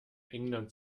englands